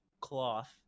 cloth